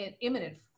imminent